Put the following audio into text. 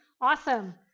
Awesome